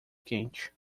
quente